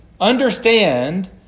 Understand